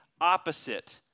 opposite